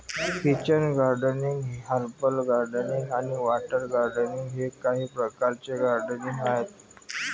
kitchen gardening, herb gardening आणि water gardening हे काही प्रकारचे गार्डनिंग आहेत